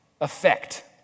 effect